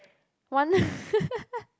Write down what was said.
one